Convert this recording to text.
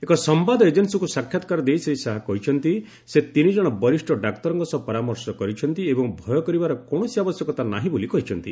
ଏକ ସମ୍ବାଦ ଏଜେନ୍ନୀକୁ ସାକ୍ଷାତକାର ଦେଇ ଶ୍ରୀ ଶାହା କହିଛନ୍ତି ସେ ତିନିଜଣ ବରିଷ୍ଣ ଡାକ୍ତରଙ୍କ ସହ ପରାମର୍ଶ କରିଛନ୍ତି ଏବଂ ଭୟ କରିବାର କୌଣସି ଆବଶ୍ୟକତା ନାହିଁ ବୋଲି କହିଛନ୍ତି